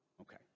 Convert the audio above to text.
Okay